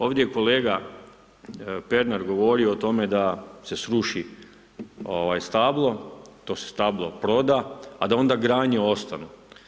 Ovdje je kolega Pernar govorio o tome da se sruši stablo, to se stablo proda, a da onda granje ostane.